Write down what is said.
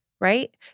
right